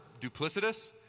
duplicitous